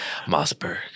Mossberg